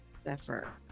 Zephyr